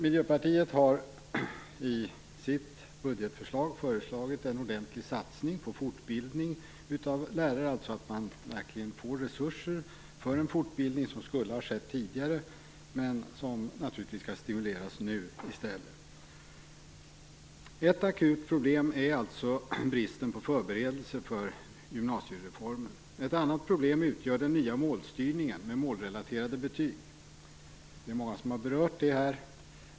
Miljöpartiet har i sitt budgetförslag föreslagit en ordentlig satsning på fortbildning av lärare, dvs. att man verkligen får resurser för en fortbildning som skulle ha skett tidigare men som naturligtvis skall stimuleras nu i stället. Ett akut problem är alltså bristen på förberedelser för gymnasiereformen. Ett annat problem utgör den nya målstyrningen med målrelaterade betyg, som många har berört här.